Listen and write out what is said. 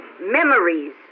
memories